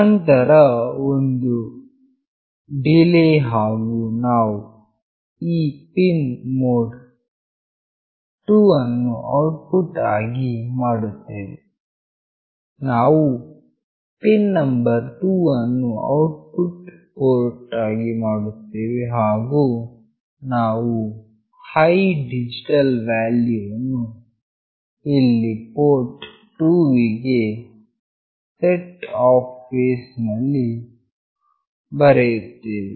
ನಂತರ ಒಂದು ಡಿಲೇ ಹಾಗು ನಾವು ಪಿನ್ ಮೋಡ್ 2 ಅನ್ನು ಔಟ್ಪುಟ್ ಆಗಿ ಮಾಡುತ್ತೇವೆ ನಾವು ಪಿನ್ ನಂಬರ್ 2 ಅನ್ನು ಔಟ್ಪುಟ್ ಪೋರ್ಟ್ ಆಗಿ ಮಾಡುತ್ತೇವೆ ಹಾಗು ನಾವು ಹೈ ಡಿಜಿಟಲ್ ವ್ಯಾಲ್ಯೂ ವನ್ನು ಇಲ್ಲಿನ ಪೋರ್ಟ್ 2 ವಿಗೆ ಸೆಟ್ ಅಪ್ ಫೇಸ್ ನಲ್ಲಿ ಬರೆಯುತ್ತೇವೆ